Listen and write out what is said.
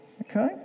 Okay